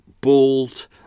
bald